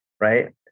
right